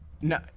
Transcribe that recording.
No